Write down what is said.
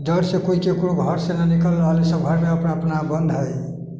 डरसँ केओ ककरो घरसँ नहि निकल रहल छै सभ घरमे अपना अपना बन्द हइ